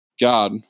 God